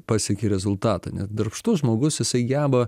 pasieki rezultatą ne darbštus žmogus jisai geba